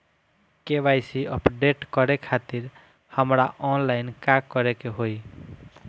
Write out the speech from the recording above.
KYC update करे खातिर हमरा ऑनलाइन का करे के होई?